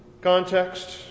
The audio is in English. context